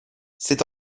c’est